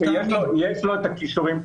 שיש לו את הכישורים.